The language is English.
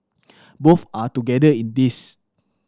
both are together in this